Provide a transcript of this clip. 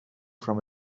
from